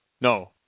no